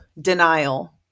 denial